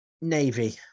Navy